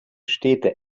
städte